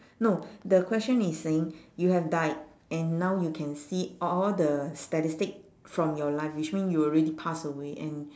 no the question is saying you have died and now you can see all the statistic from your life which mean you already passed away and